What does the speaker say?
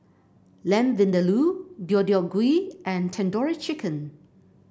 Lamb Vindaloo Deodeok Gui and Tandoori Chicken